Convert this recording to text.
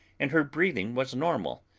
and her breathing was normal.